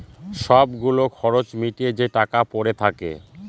সব গুলো খরচ মিটিয়ে যে টাকা পরে থাকে